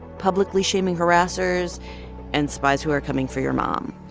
publicly shaming harassers and spies who are coming for your mom.